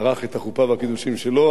ערך את החופה והקידושין שלו,